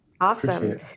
Awesome